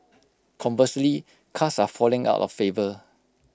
conversely cars are falling out of favour